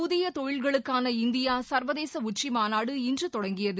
புதிய தொழில்களுக்கான இந்தியா சா்வதேச உச்சி மாநாடு இன்று தொடங்கியது